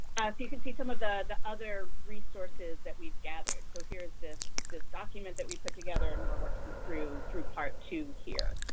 you can see some of the other resources that we've gathered. so here is this this document that we put together, and we're working through through part two here.